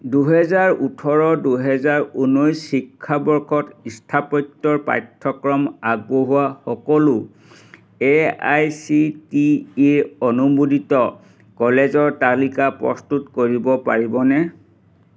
দুহেজাৰ ওঠৰ দুহেজাৰ ঊনৈছ শিক্ষাবৰ্ষত স্থাপত্যৰ পাঠ্যক্ৰম আগবঢ়োৱা সকলো A I C T E অনুমোদিত কলেজৰ তালিকা প্ৰস্তুত কৰিব পাৰিবনে